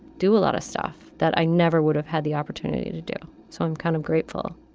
do a lot of stuff that i never would have had the opportunity to do. so i'm kind of grateful